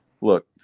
look